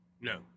No